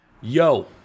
Yo